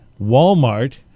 Walmart